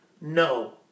No